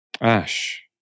Ash